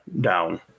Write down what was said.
down